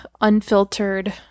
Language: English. unfiltered